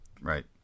Right